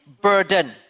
burden